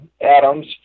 Adams